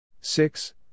six